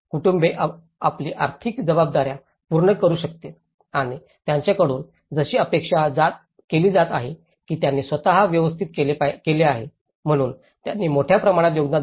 कुटुंबे आपली आर्थिक जबाबदाऱ्या पूर्ण करू शकतील आणि त्यांच्याकडून अशी अपेक्षा केली जात आहे की त्यांनी स्वत ला व्यवस्थित केले आहे म्हणून त्यांनी मोठ्या प्रमाणात योगदान द्यावे